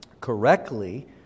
correctly